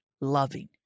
loving